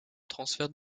transfert